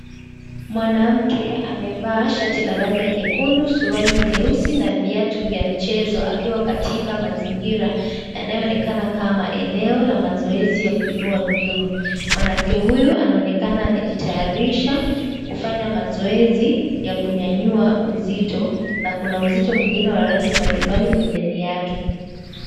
Mwanamke amevaa shati la rangi nyekundu, suruali nyeusi na viatu vya mchezo akiwa katika mazingira yanayoonekana kama eneo la mazoezi ya kuiniua vyuma, mwanamke huyu anaonekana amejitayarisha kufanya mazoezi ya kunyanyua uzito na kuna uzito mwingine wa rangi mbalimbali pembeni yake.